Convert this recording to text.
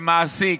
שמעסיקים,